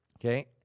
Okay